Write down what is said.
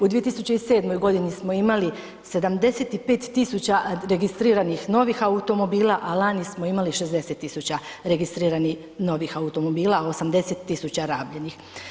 U 2007.g. smo imali 75000 registriranih novih automobila, a lani smo imali 60000 registriranih novih automobila, 80000 rabljenih.